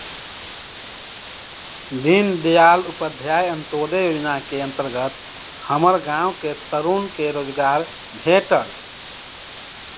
दीनदयाल उपाध्याय अंत्योदय जोजना के अंतर्गत हमर गांव के तरुन के रोजगार भेटल